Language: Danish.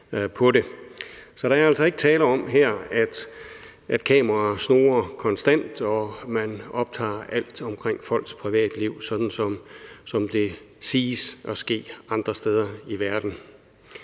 Så der er altså ikke tale om her, at kameraer snurrer konstant og man optager alt omkring folks privatliv, sådan som det siges at ske andre steder i verden.